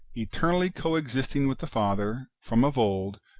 eternally co-existing with the father, from of old,